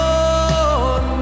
on